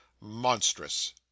monstrous